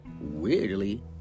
weirdly